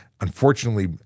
unfortunately